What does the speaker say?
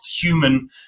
human